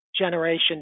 generation